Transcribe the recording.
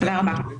תודה רבה.